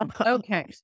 Okay